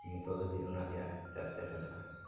ᱱᱤᱛᱚᱜ ᱫᱷᱟᱹᱵᱤᱡ ᱚᱱᱟ ᱨᱮᱭᱟᱜ ᱪᱚᱨᱪᱟ ᱪᱟᱞᱟᱜᱼᱟ